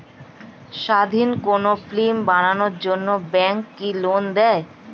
স্বাধীন কোনো ফিল্ম বানানোর জন্য ব্যাঙ্ক কি লোন দেয়?